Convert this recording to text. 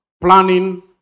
planning